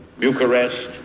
Bucharest